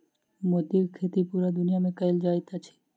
मोतीक खेती पूरा दुनिया मे कयल जाइत अछि